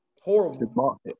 horrible